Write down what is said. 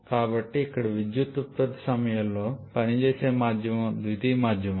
కాబట్టి ఇక్కడ విద్యుత్ ఉత్పత్తి సమయంలో పనిచేసే మాధ్యమం ద్వితీయ మాధ్యమం